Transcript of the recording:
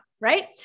right